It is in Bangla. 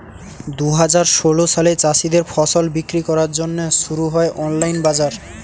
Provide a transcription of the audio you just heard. দুহাজার ষোল সালে চাষীদের ফসল বিক্রি করার জন্যে শুরু হয় অনলাইন বাজার